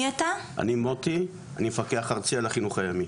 אני מוטי, אני מפקח ארצי על החינוך הימי